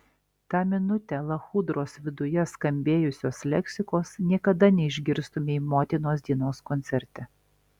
tą minutę lachudros viduje skambėjusios leksikos niekada neišgirstumei motinos dienos koncerte